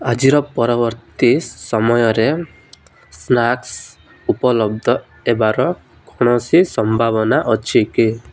ଆଜି ପରବର୍ତ୍ତୀ ସମୟରେ ସ୍ନାକ୍ସ୍ ଉପଲବ୍ଧ ହେବାର କୌଣସି ସମ୍ଭାବନା ଅଛି କି